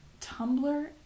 Tumblr